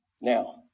now